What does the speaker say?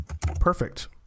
Perfect